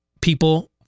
people